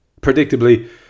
Predictably